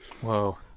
Whoa